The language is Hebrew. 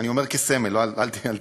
אני אומר כסמל, אל תקפוץ.